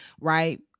right